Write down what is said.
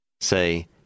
Say